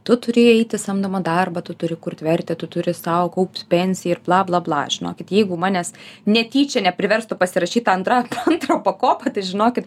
tu turi eiti į samdomą darbą tu turi kurti vertę tu turi sau kaupt pensijai ir bla bla bla žinokit jeigu manęs netyčia nepriverstų pasirašyti antra antra pakopa tai žinokit